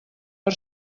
per